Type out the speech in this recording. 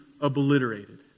obliterated